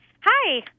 Hi